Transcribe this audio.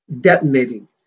detonating